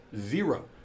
zero